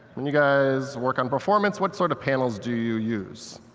when you guys work on performance, what sort of panels do you use?